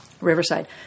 riverside